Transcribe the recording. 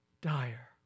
dire